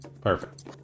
Perfect